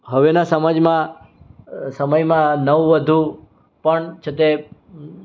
હવેના સમાજમાં સમયમાં નવ વધુ પણ છે તે